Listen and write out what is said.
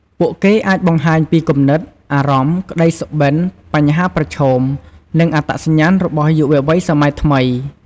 ពួកគេអាចបង្ហាញពីគំនិត អារម្មណ៍ ក្តីសុបិន្ត បញ្ហាប្រឈម និងអត្តសញ្ញាណរបស់យុវវ័យសម័យថ្មី។